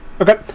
Okay